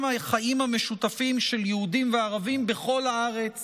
החיים המשותפים של יהודים וערבים בכל הארץ